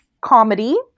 comedy